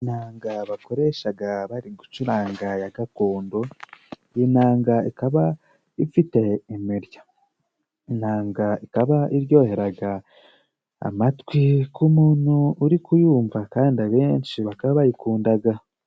Inanga bakoreshaga bari gucuranga ya gakondo, inanga ikaba ifite imirya. Inanga ikaba iryoheraga amatwi k'umuntu uri kuyumva kandi abenshi bakaba bayikundaga.